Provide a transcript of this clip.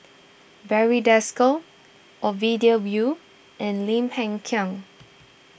Barry Desker Ovidia will and Lim Hng Kiang